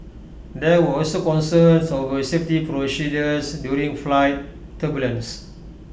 there were also concerns over safety procedures during flight turbulence